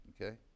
Okay